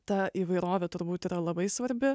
ta įvairovė turbūt yra labai svarbi